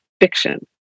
fiction